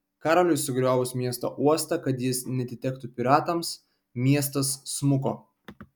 karoliui sugriovus miesto uostą kad jis neatitektų piratams miestas smuko